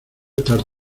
estar